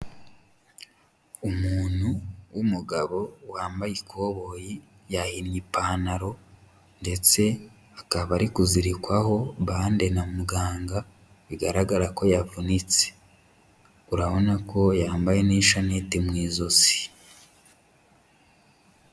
Umuntu w'umugabo wambaye ikoboyi, yahinnye ipantaro ndetse akaba ari kuzirikwaho bande na muganga bigaragara ko yavunitse, urabona ko yambaye n'ishanete mu izosi.